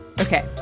Okay